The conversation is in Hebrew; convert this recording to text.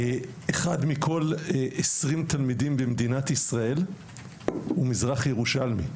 אחד מכל עשרים תלמידים במדינת ישראל הוא מזרח ירושלמי.